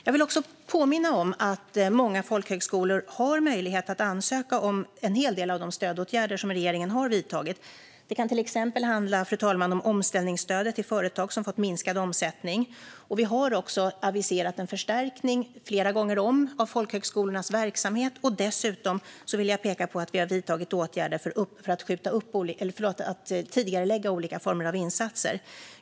Jag vill också påminna om att många folkhögskolor har möjlighet att ansöka om en hel del av de stödåtgärder som regeringen har vidtagit. Det kan till exempel handla om omställningsstödet till företag som fått minskad omsättning. Vi har också aviserat en förstärkning flera gånger om av folkhögskolornas verksamhet. Dessutom vill jag peka på att vi har vidtagit åtgärder för att tidigarelägga olika former av insatser.